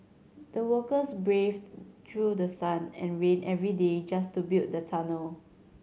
the workers braved through the sun and rain every day just to build the tunnel